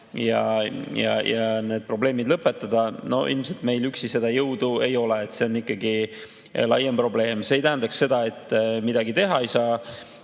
ja need probleemid lõpetada? Ilmselt meil üksi seda jõudu ei ole. See on ikkagi laiem probleem. See ei tähenda seda, et midagi ei saa